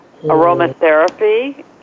Aromatherapy